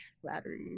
flattery